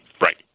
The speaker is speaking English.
right